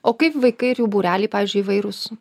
o kaip vaikai ir jų būreliai pavyzdžiui įvairūs